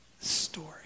story